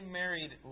married